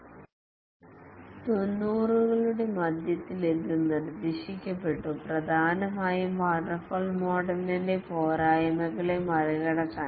90 കളുടെ മധ്യത്തിൽ ഇത് നിർദ്ദേശിക്കപ്പെട്ടു പ്രധാനമായും വാട്ടർഫാൾ മോഡലിന്റെ പോരായ്മകളെ മറികടക്കാൻ